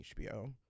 hbo